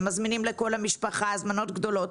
הם מזמינים לכל המשפחה הזמנות גדולות.